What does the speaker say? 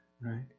right